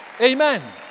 Amen